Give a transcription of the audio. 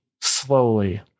slowly